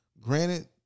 Granted